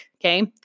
Okay